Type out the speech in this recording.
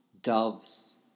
doves